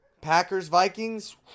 Packers-Vikings